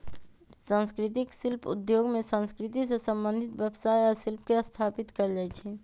संस्कृतिक शिल्प उद्योग में संस्कृति से संबंधित व्यवसाय आ शिल्प के स्थापित कएल जाइ छइ